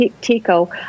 Tico